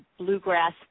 bluegrass